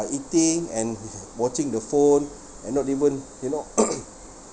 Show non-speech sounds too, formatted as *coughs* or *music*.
eating and watching the phone and not even you know *coughs*